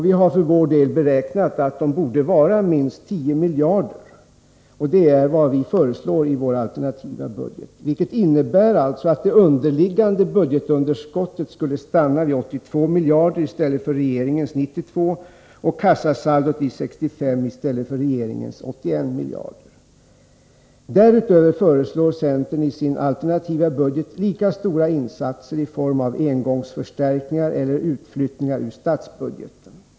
Vi har för vår del beräknat att dessa borde uppgå till minst 10 miljarder kronor. Detta är vad centern föreslår i sin alternativa budget, vilket innebär att det underliggande budgetunderskottet skulle stanna vid 82 miljarder kronor i stället för regeringens 92 miljarder och kassasaldot vid 65 miljarder i stället för regeringens 81 miljarder kronor. Därutöver föreslår centern i sin alternativa budget lika stora insatser i form av engångsförstärkningar eller utflyttningar ur statsbudgeten.